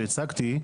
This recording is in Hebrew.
שהצגתי,